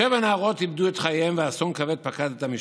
שבע נערות איבדו את חייהן ואסון כבד פקד את המשפחות.